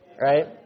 right